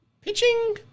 Pitching